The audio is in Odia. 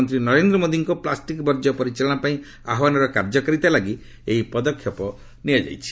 ପ୍ରଧାନମନ୍ତ୍ରୀ ନରେନ୍ଦ୍ର ମୋଦିଙ୍କ ପ୍ଲାଷ୍ଟିକ ବର୍ଜ୍ୟ ପରିଚାଳନା ପାଇଁ ଆହ୍ୱାନର କାର୍ଯ୍ୟକାରିତା ଲାଗି ଏହି ପଦକ୍ଷେପ ନିଆଯାଇଛି